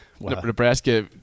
Nebraska